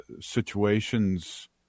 situations